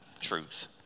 truth